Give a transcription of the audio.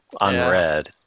unread